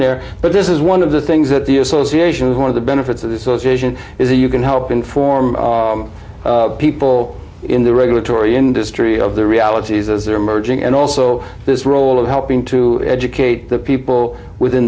there but this is one of the things that the association one of the benefits of this illustration is that you can help inform people in the regulatory industry of the realities as they are emerging and also this role of helping to educate the people within